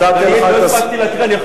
רבותי,